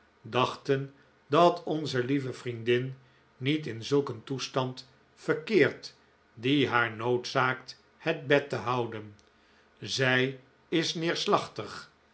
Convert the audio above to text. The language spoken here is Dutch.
dachten dat onze lieve vriendin niet in zulk een toestand verkeert die haar noodzaakt het bed te houden zij is